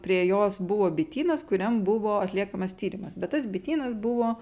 prie jos buvo bitynas kuriam buvo atliekamas tyrimas bet tas bitynas buvo